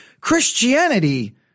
Christianity